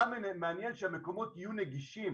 אותנו מעניין שהמקומות יהיו נגישים,